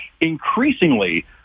Increasingly